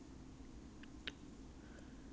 eh then you got group projects anot ah